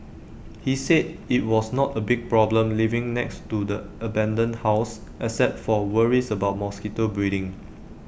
he said IT was not A big problem living next to the abandoned house except for worries about mosquito breeding